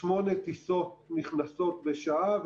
שמונה טיסות נכנסות בשעה,